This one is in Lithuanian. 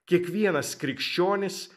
kiekvienas krikščionis